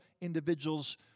individuals